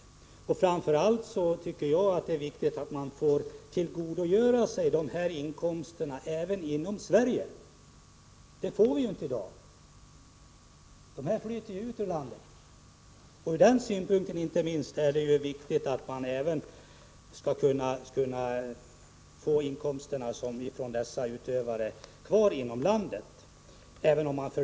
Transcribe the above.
Inte minst viktigt tycker jag att det är att dessa idrottsutövares inkomster stannar kvar i Sverige. Så sker inte i dag, utan pengarna flyter ju ut ur landet.